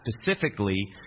specifically